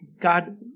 God